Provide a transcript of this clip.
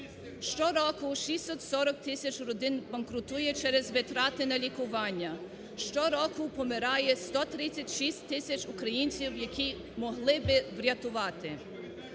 Щороку 640 тисяч родин банкрутує через витрати на лікування. Щороку помирає 136 тисяч українців, яких могли б врятувати.